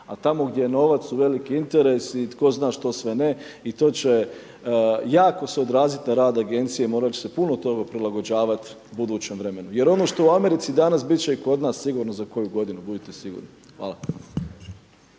A tamo gdje je novac veliki interes i tko zna što sve ne, i to će jako se odraziti na rad Agencije i morat će se puno toga prilagođavat budućem vremenu. Jer ono što u Americi danas bit će i kod nas sigurno za koju godinu, budite sigurni. Hvala.